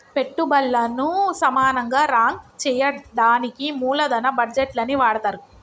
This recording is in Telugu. పెట్టుబల్లను సమానంగా రాంక్ చెయ్యడానికి మూలదన బడ్జేట్లని వాడతరు